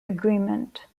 agreement